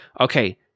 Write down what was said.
Okay